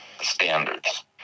standards